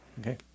Okay